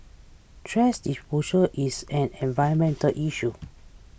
thrash disposal is an environmental issue